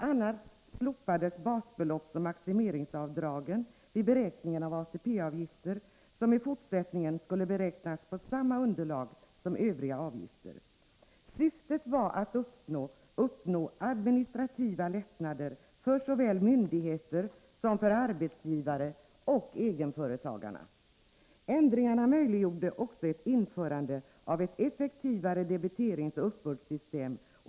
a. slopades basbeloppsoch maximeringavdragen vid beräkning av ATP avgifter, som i fortsättningen skulle beräknas på samma underlag som övriga avgifter. Syftet var att uppnå administrativa lättnader för såväl myndigheter som arbetsgivare och egenföretagare. Ändringarna möjliggjorde också införandet av ett effektivare debiteringsoch uppbördssystem.